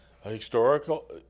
historical